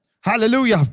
Hallelujah